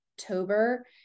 October